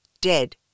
Dead